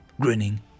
Grinning